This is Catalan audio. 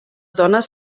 dones